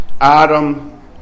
Adam